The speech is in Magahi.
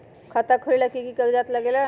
खाता खोलेला कि कि कागज़ात लगेला?